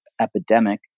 epidemic